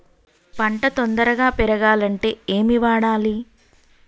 పంట తొందరగా పెరగాలంటే ఏమి వాడాలి?